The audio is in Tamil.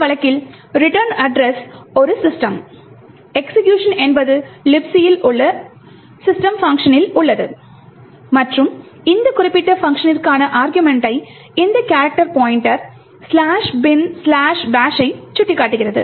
இந்த வழக்கில் ரிட்டர்ன் அட்ரஸ் ஒரு System எக்ஸிகியூக்ஷன் என்பது Libc ல் உள்ள சிஸ்டம் பங்க்ஷனில் உள்ளது மற்றும் இந்த குறிப்பிட்ட பங்க்ஷனிற்கான அருகுமெண்ட்டை இந்த கேரக்டர் பாய்ண்ட்டர் "binbash" ஐ சுட்டிக்காட்டுகிறது